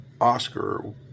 Oscar